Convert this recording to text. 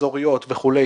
אזוריות וכו',